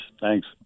Thanks